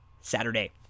Saturday